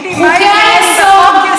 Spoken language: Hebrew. חוקי-היסוד,